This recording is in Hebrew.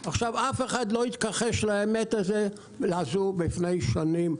אף אחד לא התכחש לאמת הזו לפני שנים,